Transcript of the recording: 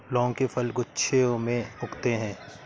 लौंग के फल गुच्छों में उगते हैं